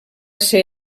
ser